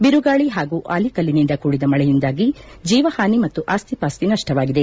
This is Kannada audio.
ಬಿರುಗಾಳ ಹಾಗೂ ಆಲಿಕಲ್ಲಿನಿಂದ ಕೂಡಿದ ಮಳೆಯಿಂದಾಗಿ ಜೀವಹಾನಿ ಮತ್ತು ಆಸ್ತಿಪಾಸ್ತಿ ನಷ್ಟವಾಗಿದೆ